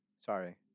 Sorry